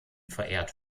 verehrt